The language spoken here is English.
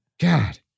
God